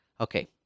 okay